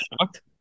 shocked